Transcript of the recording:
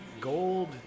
Gold